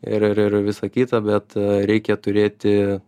ir ir ir visa kita bet reikia turėti